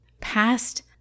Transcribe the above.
past